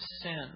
sin